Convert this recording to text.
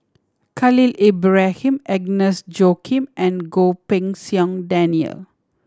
Khalil Ibrahim Agnes Joaquim and Goh Pei Siong Daniel